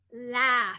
laugh